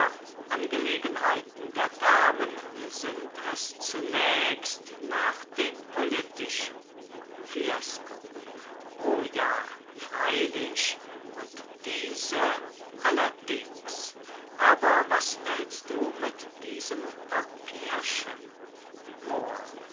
angelegenheiten der damen sind es zunächst nach den politischen fiesco o ja freilich und diese allerdings aber was willst du mit diesem papierchen mohr